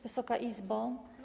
Wysoka Izbo!